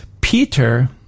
Peter